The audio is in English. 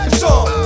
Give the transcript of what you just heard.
song